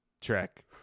Trek